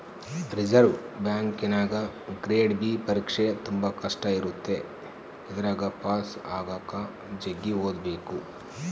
reserve ಬ್ಯಾಂಕಿನಗ grade B ಪರೀಕ್ಷೆ ತುಂಬಾ ಕಷ್ಟ ಇರುತ್ತೆ ಇದರಗ ಪಾಸು ಆಗಕ ಜಗ್ಗಿ ಓದಬೇಕು